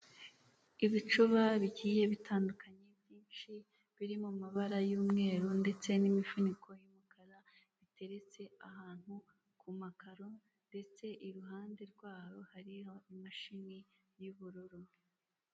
Hano rero ni ahantu ushobora kugurira ibintu runaka bakabikuzanira uko ubibona bitwa akarwa hariho akantu kameze nk'akamodoka rero nakererekana ko bishobora kukugeraho wibereye mu rugo upfa kuba wowe wafashe mudasobwa yawe cyangwa telefone ukajya ukabasura ukareba.